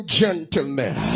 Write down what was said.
gentlemen